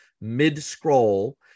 mid-scroll